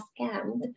scammed